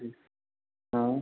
जी हाँ